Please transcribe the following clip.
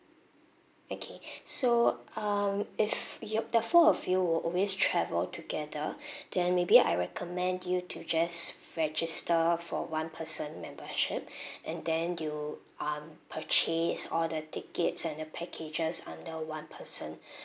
okay so um if you the four of you will always travel together then maybe I recommend you to just register for one person membership and then you um purchase all the tickets and the packages under one person